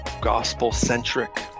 gospel-centric